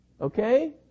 Okay